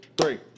three